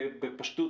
בפשטות,